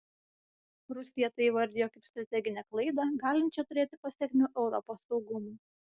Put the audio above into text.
rusija tai įvardijo kaip strateginę klaidą galinčią turėti pasekmių europos saugumui